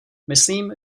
myslím